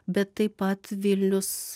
bet taip pat vilnius